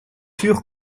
sûr